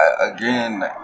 again